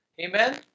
Amen